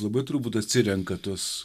labai turbūt atsirenka tuos